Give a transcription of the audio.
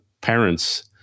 parents